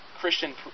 Christian